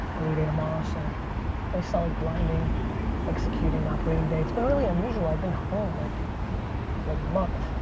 early day tomorrow, so nice solid grinding executing, operating day. it's been really unusual i've been home like for like a month.